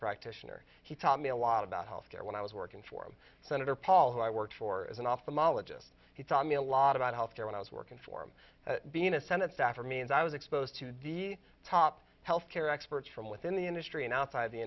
practitioner he taught me a lot about health care when i was working for him senator paul who i worked for as an ophthalmologist he taught me a lot about health care when i was working for him being a senate staffer means i was exposed to the top health care experts from within the industry and outside the